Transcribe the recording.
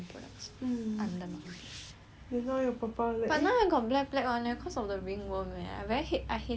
but now I got black black [one] eh because of the ring worm eh I very hate I hated myself that time eh